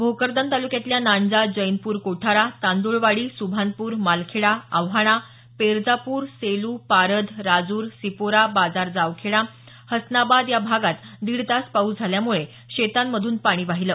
भोकरदन तालुक्यातल्या नांजा जैनपूर कोठारा तांदुळवाडी सुभानपूर मालखेडा आव्हाणा पेरजापूर सेलू पारध राजूर सिपोरा बाजार जवखेडा हसनाबाद या भागात दीड तास पाऊस झाल्यामुळे शेतांमधून पाणी वाहिलं